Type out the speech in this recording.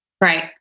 Right